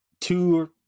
two